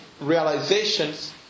realizations